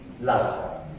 love